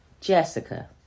Jessica